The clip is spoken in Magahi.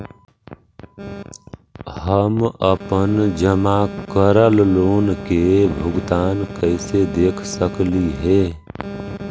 हम अपन जमा करल लोन के भुगतान कैसे देख सकली हे?